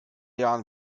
jahren